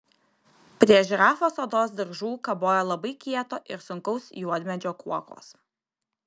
prie žirafos odos diržų kabojo labai kieto ir sunkaus juodmedžio kuokos